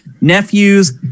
nephews